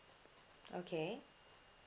okay